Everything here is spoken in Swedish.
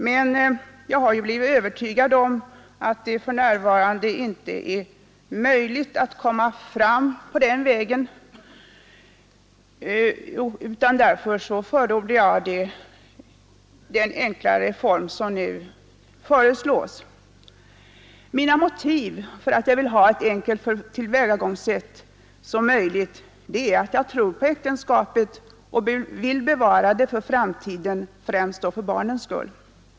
Men jag har blivit övertygad om att det för närvarande inte är möjligt att komma fram på den vägen utan därför förordar jag den enklare form som nu föreslås. Motiven för att jag vill ha ett så enkelt tillvägagångssätt som möjligt är att jag tror på äktenskapet och vill bevara det för framtiden, främst för barnens skull.